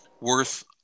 worth